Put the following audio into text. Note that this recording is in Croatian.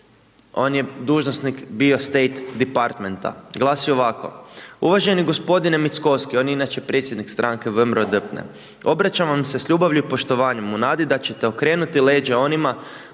on je dužnosnik bio State Departmenta, glasi ovako: